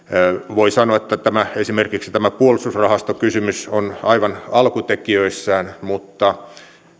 voi sanoa että esimerkiksi tämä puolustusrahastokysymys on aivan alkutekijöissään mutta